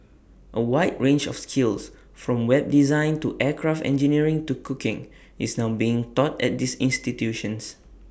A wide range of skills from web design to aircraft engineering to cooking is now being taught at these institutions